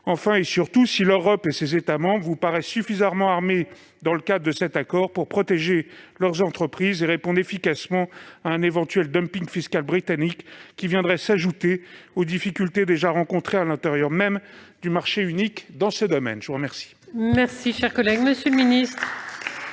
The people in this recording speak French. ? Surtout, l'Europe et ses États membres vous paraissent-ils suffisamment armés, dans le cadre de cet accord, pour protéger leurs entreprises et répondre efficacement à un éventuel dumping fiscal britannique, qui viendrait s'ajouter aux difficultés déjà rencontrées à l'intérieur même du marché unique dans ce domaine ? La parole est à M. le secrétaire d'État. Monsieur le sénateur,